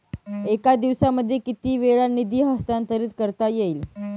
एका दिवसामध्ये किती वेळा निधी हस्तांतरीत करता येईल?